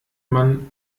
man